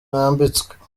nambitswe